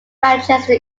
manchester